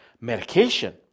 medication